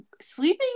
sleeping